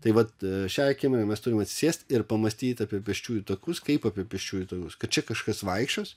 tai vat šią akimirką mes turim atsisėst ir pamąstyt apie pėsčiųjų takus kaip apie pėsčiųjų takus kad čia kažkas vaikščios